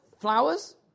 Flowers